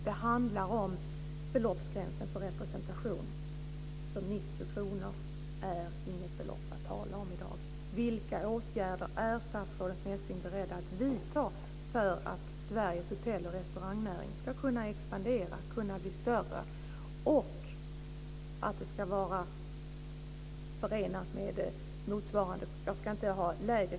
Det handlar om beloppsgränsen för representation, för 90 kr är inget belopp att tala om i dag.